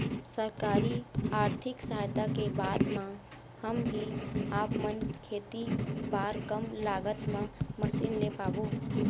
सरकारी आरथिक सहायता के बाद मा हम भी आपमन खेती बार कम लागत मा मशीन ले पाबो?